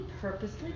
purposely